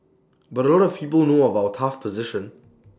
but A lot of people know about our tough position